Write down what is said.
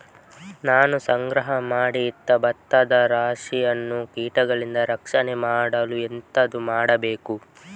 ನಾನು ಸಂಗ್ರಹ ಮಾಡಿ ಇಟ್ಟ ಭತ್ತದ ರಾಶಿಯನ್ನು ಕೀಟಗಳಿಂದ ರಕ್ಷಣೆ ಮಾಡಲು ಎಂತದು ಮಾಡಬೇಕು?